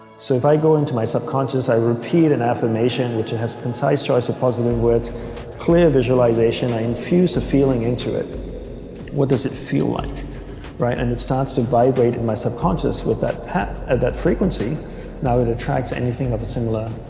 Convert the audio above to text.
so if i go into my subconscious i repeat an affirmation which it has concise choice of positive words clear visualization i infuse the feeling into it what does it feel like right and it starts to vibrate in my subconscious with that path at that frequency now it attracts anything of a similar